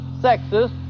sexist